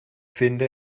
finde